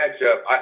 matchup